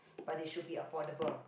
but they should be affordable